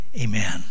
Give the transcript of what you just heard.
Amen